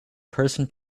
person